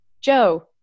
joe